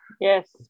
Yes